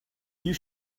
you